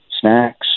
snacks